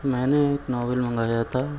میں نے ایک ناول منگایا تھا